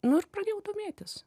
nors pradėjau domėtis